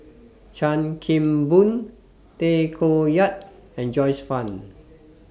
Chan Kim Boon Tay Koh Yat and Joyce fan